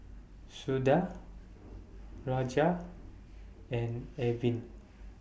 Suda Rajat and Arvind